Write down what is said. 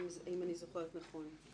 אם אני זוכרת נכון.